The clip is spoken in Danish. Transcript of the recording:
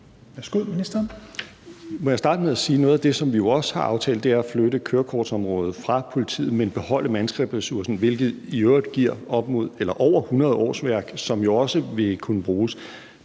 (Nick Hækkerup): Må jeg starte med at sige, at noget af det, som vi jo også har aftalt, er at flytte kørekortsområdet fra politiet, men beholde mandskabsressourcen, hvilket i øvrigt giver over 100 årsværk, som jo også vil kunne bruges.